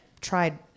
tried